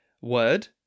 word